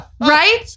Right